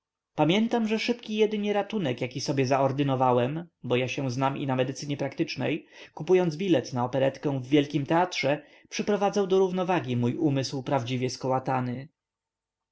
pamiętam że szybki jedynie ratunek jaki sobie zaordynowałem bo ja się znam i na medycynie praktycznej kupując bilet na operetkę w wielkim teatrze przyprowadzał do równowagi mój umysł prawdziwie skołatany